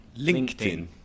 LinkedIn